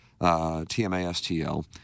tmastl